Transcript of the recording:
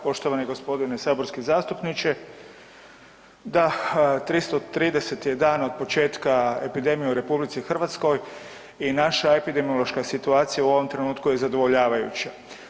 Poštovani gospodine saborski zastupniče, da 330-ti je dan od početka epidemije u RH i naša epidemiološka situacija u ovom trenutku je zadovoljavajuća.